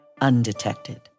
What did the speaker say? undetected